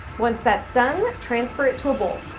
once that's done, transfer it to a bowl.